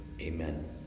Amen